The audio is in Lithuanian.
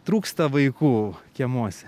trūksta vaikų kiemuose